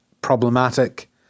problematic